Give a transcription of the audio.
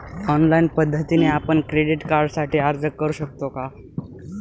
Online पद्धतीने आपण credit कार्डसाठी अर्ज करु शकतो का?